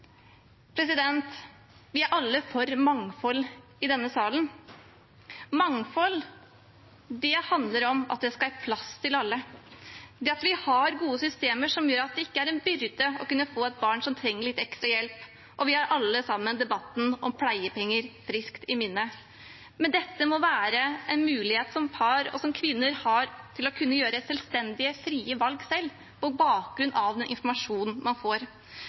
Vi er alle i denne salen for mangfold. Mangfold handler om at det skal være plass til alle, at vi har gode systemer som gjør at det ikke er en byrde å få et barn som trenger litt ekstra hjelp. Og vi har alle sammen debatten om pleiepenger friskt i minne. Dette må være en mulighet som par og kvinner har til å kunne gjøre selvstendige, frie valg selv på bakgrunn av den informasjonen man får.